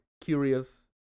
Curious